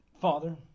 father